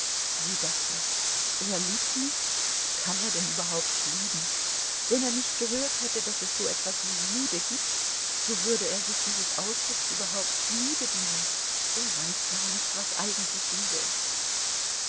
sie dachte er liebt mich kann er denn überhaupt lieben wenn er nicht gehört hätte daß es so etwas wie liebe gibt so würde er sich dieses ausdrucks überhaupt nie bedienen er weiß gar nicht was eigentlich liebe ist